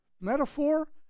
metaphor